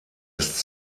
ist